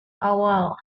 awal